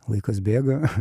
laikas bėga